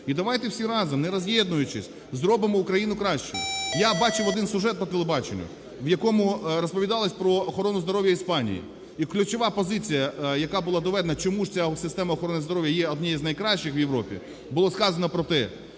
І давайте всі разом, не роз'єднуючись, зробимо Україну кращою. Я бачив один сюжет по телебаченню, в якому розповідалось про охорону здоров'я Іспанії. І ключова позиція, яка була доведена, чому ж ця система охорони здоров'я є однією з найкращих в Європі, було сказано про те,